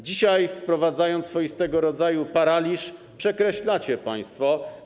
Dzisiaj, wprowadzając swoistego rodzaju paraliż, przekreślacie to państwo.